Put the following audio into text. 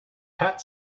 pat